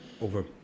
over